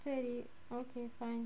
say already okay fine